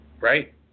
Right